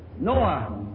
Noah